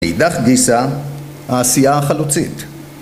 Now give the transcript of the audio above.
מאידך גיסא, העשייה החלוצית